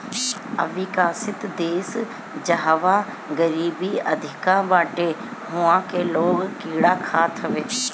अविकसित देस जहवा गरीबी अधिका बाटे उहा के लोग कीड़ा खात हवे